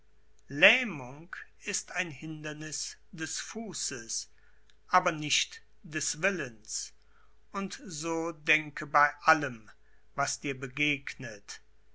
lähmung ist ein hinderniß des fußes aber nicht des willens und so denke bei allem was dir begegnet